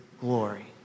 glory